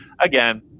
again